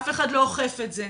אף אחד לא אוכף את זה.